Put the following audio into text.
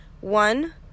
One